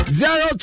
zero